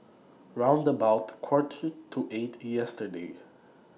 round about Quarter to eight yesterday